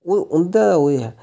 ओह् उं'दा ओह् ऐ